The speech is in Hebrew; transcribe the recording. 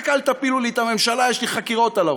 רק אל תפילו לי את הממשלה, יש לי חקירות על הראש,